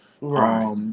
Right